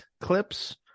Clips